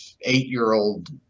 eight-year-old